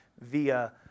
via